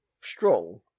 strong